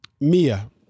Mia